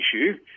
issue